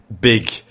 big